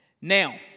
Now